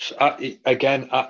again